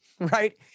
right